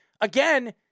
again